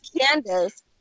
Candace